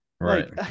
Right